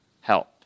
help